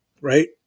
Right